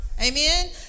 Amen